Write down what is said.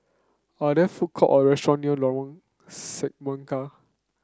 are there food court or restaurant near Lorong Semangka